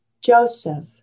Joseph